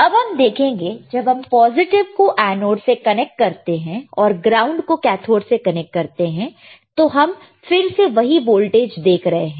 अब हम देखेंगे जब हम पॉजिटिव को एनोड से कनेक्ट करते हैं और ग्राउंड को कैथोड से कनेक्ट करते हैं तो हम फिर से वही वोल्टेज देख रहे हैं